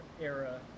era